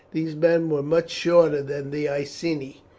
these men were much shorter than the iceni,